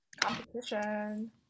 Competition